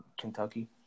Kentucky